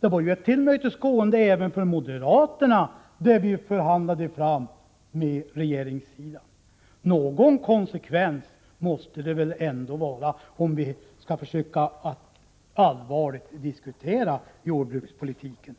Det som vi förhandlade fram med regeringssidan var ju ett tillmötesgående även gentemot moderaterna. Någon konsekvens måste det väl ändå vara, om vi skall försöka att allvarligt diskutera jordbrukspolitiken.